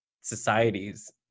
societies